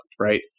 right